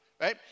right